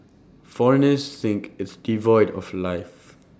foreigners think it's devoid of life